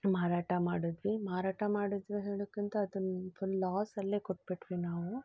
ಮಾರಾಟ ಮಾಡಿದ್ವಿ ಮಾರಾಟ ಮಾಡಿದ್ವಿ ಹೇಳೋಕ್ಕಿಂತ ಅದನ್ನ ಫುಲ್ ಲಾಸಲ್ಲೇ ಕೊಟ್ಬಿಟ್ವಿ ನಾವು